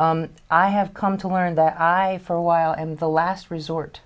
write i have come to learn that i for a while and the last resort